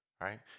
right